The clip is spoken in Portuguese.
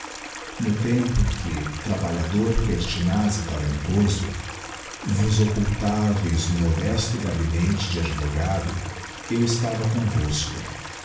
no tempo em que trabalhador pertinaz e talentoso vos occultaveis no modesto gabinete de advogado eu estava comvosco